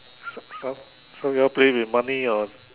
so so so you all play with money or